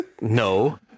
No